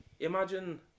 Imagine